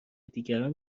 دیگری